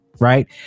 right